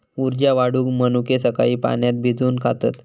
उर्जा वाढवूक मनुके सकाळी पाण्यात भिजवून खातत